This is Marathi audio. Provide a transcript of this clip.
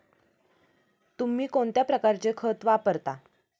तुम्ही कोणत्या प्रकारचे खत वापरता?